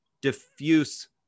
diffuse